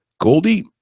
Goldie